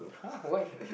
!huh! why